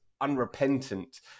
unrepentant